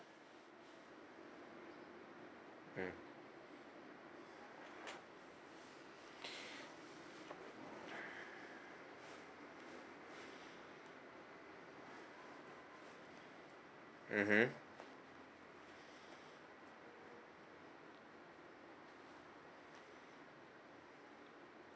mm mm hmm